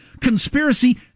conspiracy